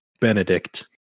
Benedict